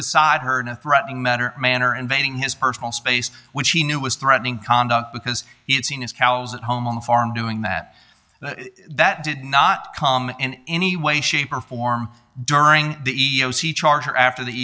beside her in a threatening matter manner and venting his personal space which he knew was threatening conduct because he had seen his cows at home on the farm doing that that did not come and any way shape or form during the charge or after the